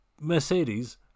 Mercedes